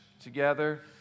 together